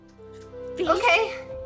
Okay